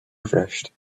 refreshed